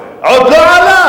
המינימום עוד לא, עוד לא עלה